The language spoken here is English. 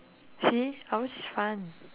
see ours is fun